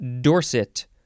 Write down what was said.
Dorset